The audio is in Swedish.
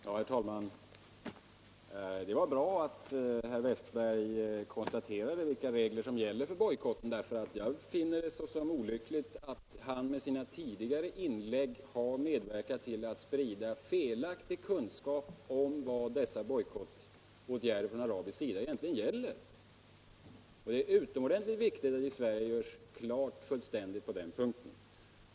Herr talman! Det var bra att herr Wiästberg i Stockholm konstaterade vilka regler som gäller för bojkotten, därför att jag finner det olyckligt att herr Wästberg med sina tidigare inlägg har medverkat till att sprida felaktig kunskap om vad dessa bojkottåtgärder från arabisk sida egentligen gäller. Det är utomordentligt viktigt att man i Sverige gör detta fullständigt klart.